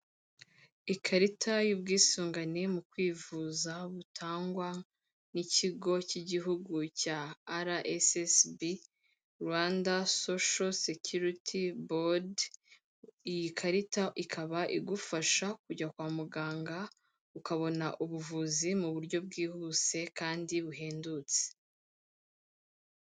Ikarita y'ubwisungane mu kwivuza butangwa n'ikigo cy'igihugu cya RSSB Rwanda Social Security Board, iyi karita ikaba igufasha kujya kwa muganga ukabona ubuvuzi mu buryo bwihuse kandi buhendutse.